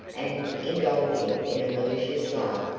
and, indulging in a malicious laugh,